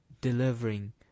delivering